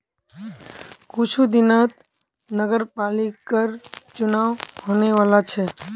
कुछू दिनत नगरपालिकर चुनाव होने वाला छ